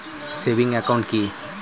Savings account কি?